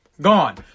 Gone